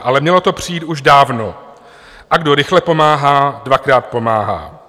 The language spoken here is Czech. Ale mělo to přijít už dávno, a kdo rychle pomáhá, dvakrát pomáhá.